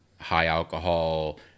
high-alcohol